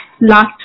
last